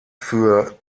für